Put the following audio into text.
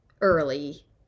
early